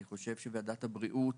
אני חושב שוועדת הבריאות